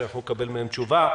שאנחנו נקבל מהם תשובה.